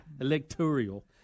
Electoral